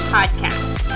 Podcast